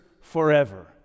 forever